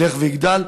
ילכו ויגדלו.